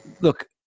look